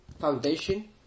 foundation